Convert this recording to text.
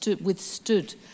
withstood